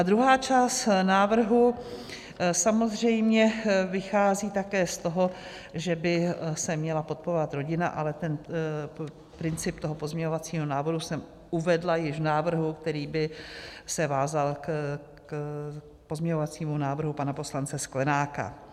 Druhá část návrhu samozřejmě vychází také z toho, že by se měla podporovat rodina, ale ten princip pozměňovacího návrhu jsem uvedla již v návrhu, který by se vázal k pozměňovacímu návrhu pana poslance Sklenáka.